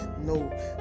No